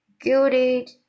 gilded